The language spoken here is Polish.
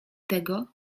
tego